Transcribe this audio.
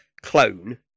clone